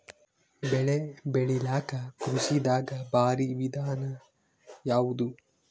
ಬೆಳೆ ಬೆಳಿಲಾಕ ಕೃಷಿ ದಾಗ ಭಾರಿ ವಿಧಾನ ಯಾವುದು?